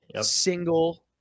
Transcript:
single